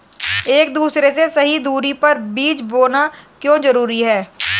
एक दूसरे से सही दूरी पर बीज बोना क्यों जरूरी है?